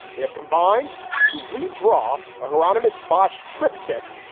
they have combined to redraw hieronymus bosch triptych.